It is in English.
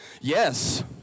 Yes